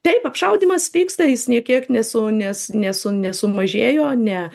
taip apšaudymas vyksta jis nė kiek nesu nes nesu nesumažėjo ne